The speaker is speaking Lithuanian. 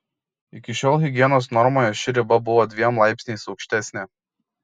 iki šiol higienos normoje ši riba buvo dviem laipsniais aukštesnė